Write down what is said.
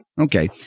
Okay